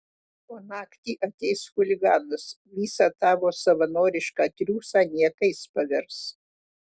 o naktį ateis chuliganas visą tavo savanorišką triūsą niekais pavers